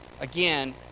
again